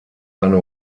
eine